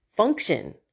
function